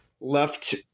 left